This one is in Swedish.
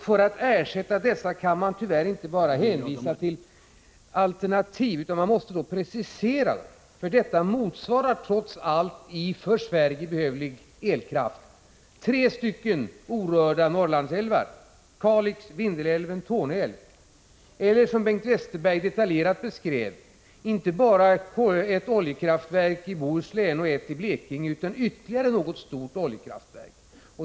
För att ersätta detta kan man inte bara hänvisa till alternativ, utan man måste precisera alternativen, för detta motsvarar trots allt i för Sverige behövlig elkraft tre stycken orörda Norrlandsälvar — Kalix älv, Vindelälven och Torne älv t.ex. — eller som Bengt Westerberg detaljerat beskrev, inte bara ett oljekraftverk i Bohuslän och ett i Blekinge utan ytterligare något stort oljekraftverk.